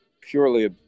purely